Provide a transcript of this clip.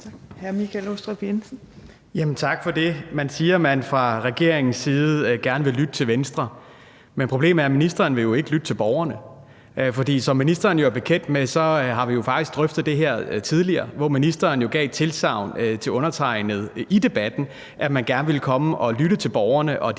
Tak for det. Man siger, at man fra regeringens side gerne vil lytte til Venstre, men problemet er, at ministeren jo ikke vil lytte til borgerne, for som ministeren er bekendt med, har vi faktisk drøftet det her tidligere, hvor ministeren gav et tilsagn til undertegnede i debatten om, at man gerne ville komme og lytte til borgerne i